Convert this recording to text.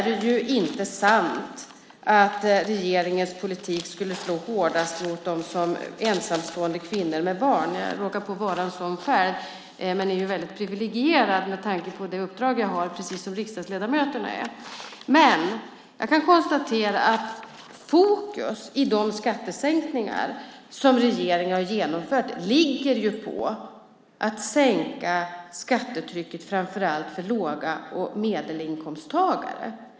Det är inte sant att regeringens politik skulle slå hårdast mot ensamstående kvinnor med barn. Jag råkar vara en sådan själv, men jag är ju väldigt privilegierad med tanke på det uppdrag jag har precis som riksdagsledamöterna är. Jag kan konstatera att fokus i de skattesänkningar som regeringen har genomfört ligger på att sänka skattetrycket framför allt för låg och medelinkomsttagare.